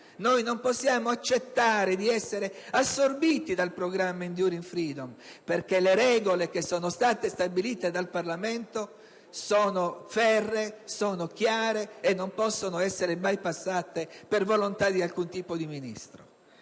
Non possiamo accettare di essere assorbiti dal programma *Enduring Freedom* perché le regole stabilite dal Parlamento sono ferree, chiare e non possono essere bypassate per volontà di alcun tipo di Ministro.